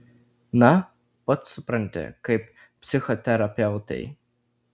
na pats supranti kaip psichoterapeutei